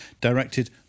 directed